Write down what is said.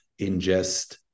ingest